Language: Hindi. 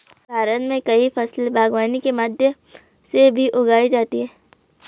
भारत मे कई फसले बागवानी के माध्यम से भी उगाई जाती है